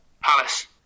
Palace